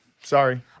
Sorry